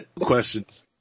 questions